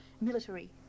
military